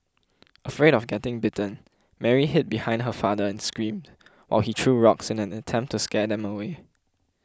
afraid of getting bitten Mary hid behind her father and screamed while he threw rocks in an attempt to scare them away